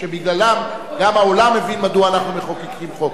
שבגללם גם העולם מבין מדוע אנחנו מחוקקים חוק.